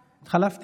התחלפנו.